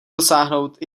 dosáhnout